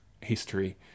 history